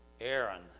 Aaron